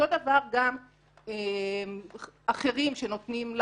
אותו דבר גם אחרים שנותנים,